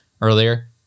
earlier